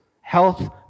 health